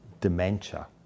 dementia